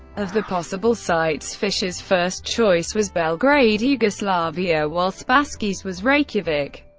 of the possible sites, fischer's first choice was belgrade, yugoslavia, while spassky's was reykjavik,